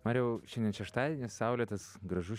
mariau šiandien šeštadienis saulėtas gražus